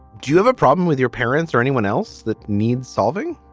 do you have a problem with your parents or anyone else that needs solving?